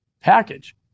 package